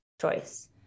choice